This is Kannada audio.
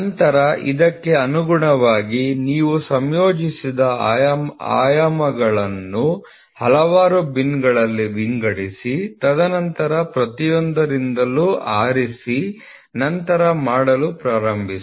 ನಂತರ ಅದಕ್ಕೆ ಅನುಗುಣವಾಗಿ ನೀವು ಸಂಯೋಗದ ಆಯಾಮಗಳನ್ನು ಹಲವಾರು ಬಿನ್ ಗಳಲ್ಲಿ ವಿಂಗಡಿಸಿ ತದನಂತರ ಪ್ರತಿಯೊಂದರಿಂದಲೂ ಆರಿಸಿ ನಂತರ ಮಾಡಲು ಪ್ರಾರಂಭಿಸಿ